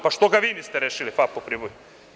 Pa, što ga vi niste rešili, FAP u Priboju?